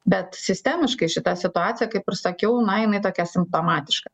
bet sistemiškai šita situacija kaip ir sakiau na jinai tokia simptomatiška